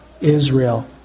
Israel